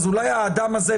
אולי האדם הזה,